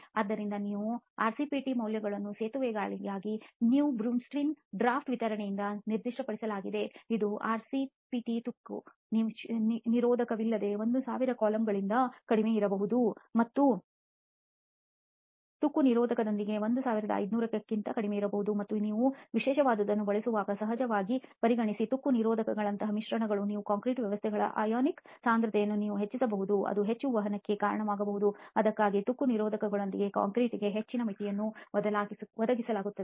ಆದ್ದರಿಂದ ಇಲ್ಲಿ ನೀವು ಆರ್ಸಿಪಿಟಿ ಮೌಲ್ಯಗಳನ್ನು ಸೇತುವೆಗಳಿಗಾಗಿ ನ್ಯೂ ಬ್ರನ್ಸ್ವಿಕ್ ಡ್ರಾಫ್ಟ್ ವಿವರಣೆಯಿಂದ ನಿರ್ದಿಷ್ಟಪಡಿಸಲಾಗಿದೆ ಇದು ಆರ್ಸಿಪಿಟಿ ತುಕ್ಕು ನಿರೋಧಕವಿಲ್ಲದೆ 1000 ಕಾಲಮ್ಗಳಿಗಿಂತ ಕಡಿಮೆಯಿರಬೇಕು ಮತ್ತು ತುಕ್ಕು ನಿರೋಧಕದೊಂದಿಗೆ 1500 ಕ್ಕಿಂತ ಕಡಿಮೆ ಇರಬೇಕು ಮತ್ತು ನೀವು ವಿಶೇಷವಾದವುಗಳನ್ನು ಬಳಸುವಾಗ ಸಹಜವಾಗಿ ಪರಿಗಣಿಸಿ ತುಕ್ಕು ನಿರೋಧಕಗಳಂತಹ ಮಿಶ್ರಣಗಳು ನಿಮ್ಮ ಕಾಂಕ್ರೀಟ್ ವ್ಯವಸ್ಥೆಗಳ ಅಯಾನಿಕ್ ಸಾಂದ್ರತೆಯನ್ನು ನೀವು ಹೆಚ್ಚಿಸಬಹುದು ಅದು ಹೆಚ್ಚು ವಹನಕ್ಕೆ ಕಾರಣವಾಗಬಹುದು ಅದಕ್ಕಾಗಿಯೇ ತುಕ್ಕು ನಿರೋಧಕಗಳೊಂದಿಗಿನ ಕಾಂಕ್ರೀಟ್ಗೆ ಹೆಚ್ಚಿನ ಮಿತಿಯನ್ನು ಒದಗಿಸಲಾಗುತ್ತದೆ